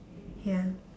ya